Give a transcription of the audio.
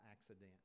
accident